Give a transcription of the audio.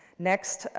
next,